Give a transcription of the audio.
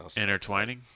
Intertwining